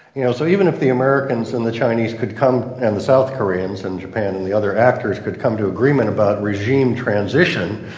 you know? so, even if the americans and the chinese could come and the south koreans, and japan, and the other actors could come to an agreement about regime transition,